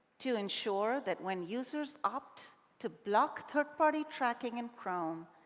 to ensure that when users opt to block third-party tracking in chrome,